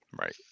right